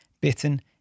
bitten